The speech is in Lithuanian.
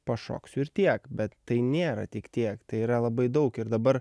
pašoksiu ir tiek bet tai nėra tik tiek tai yra labai daug ir dabar